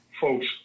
folks